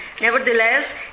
Nevertheless